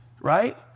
right